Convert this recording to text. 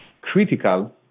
critical